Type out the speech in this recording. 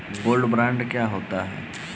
Gold bond क्या होता है?